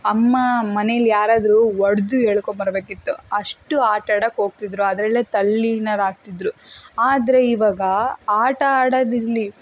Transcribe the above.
ಅಮ್ಮ ಮನೆಯಲ್ಲಿ ಯಾರಾದ್ರೂ ಹೊಡ್ದು ಎಳ್ಕೋಬರ್ಬೇಕಿತ್ತು ಅಷ್ಟು ಆಟಾಡಕೆ ಹೋಗ್ತಿದ್ರು ಅದ್ರಲ್ಲೇ ತಲ್ಲೀನರಾಗ್ತಿದ್ದರು ಆದರೆ ಇವಾಗ ಆಟ ಆಡೋದಿರ್ಲಿ